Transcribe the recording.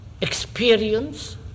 experience